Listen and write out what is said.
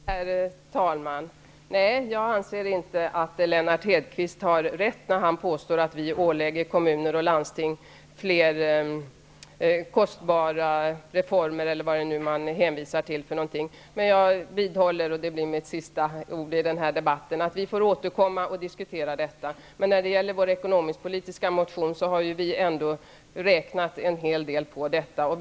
Herr talman! Nej, jag anser inte att Lennart Hedquist har rätt när han påstår att vi ålägger kommuner och landsting fler kostbara reformer eller vad det är han hänvisar till. Men jag vidhåller, och det blir mina sista ord i den här frågan, att vi får återkomma och diskutera detta. När det gäller vår ekonomisk-politiska motion har vi räknat en hel del på det vi föreslår.